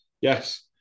Yes